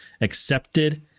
accepted